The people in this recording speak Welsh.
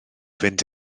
fynd